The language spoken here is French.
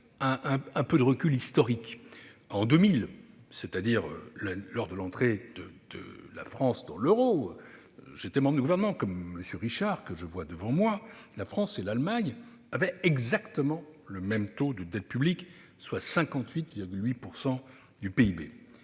un peu de recul historique. En 2000, c'est-à-dire lors de l'entrée dans l'euro- j'étais membre du Gouvernement, comme Alain Richard, ici présent -, la France et l'Allemagne avaient exactement le même taux de dette publique, soit 58,8 % du PIB.